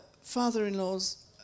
father-in-law's